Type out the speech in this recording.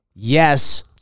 Yes